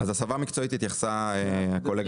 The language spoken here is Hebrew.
לגבי הסבה מקצועית התייחסה הקולגה שלי קודם.